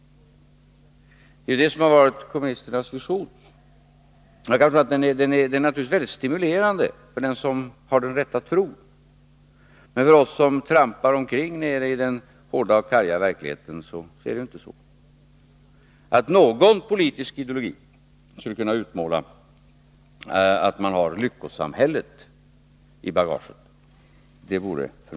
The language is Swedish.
— det har varit kommunisternas vision. Jag kan förstå att den är stimulerande för den som har den rätta tron, men för oss som trampar omkring nere i den hårda och karga verkligheten ter det sig inte så. Det vore förmätet av någon politisk ideologi att utge sig för att ha lyckosamhället i bagaget.